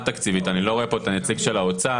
אני לא רואה פה את הנציג של האוצר,